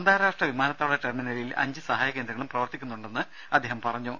അന്താരാഷ്ട്ര വിമാനത്താവള ടെർമിനലിൽ അഞ്ച് സഹായകേന്ദ്രങ്ങളും പ്രവർത്തിക്കുന്നുണ്ടെന്ന് അദ്ദേഹം പറഞ്ഞു